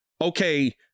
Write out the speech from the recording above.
okay